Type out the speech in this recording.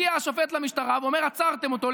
מגיע השופט למשטרה ואומר: עצרתם אותו,